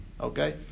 Okay